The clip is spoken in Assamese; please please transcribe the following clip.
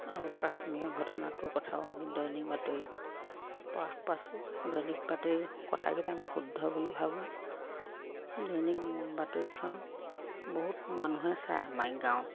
আৰু কাশ্মীৰৰ ঘটনাটোৰ কথাও আমি দৈনিক বাতৰিত পাইছোঁ দৈনিক বাতৰি কথাকেইটা আমি শুদ্ধ বুলি ভাবোঁ দৈনিক বাতৰিখন বহুত মানুহে চাই আমাৰ গাঁৱত